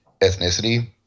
ethnicity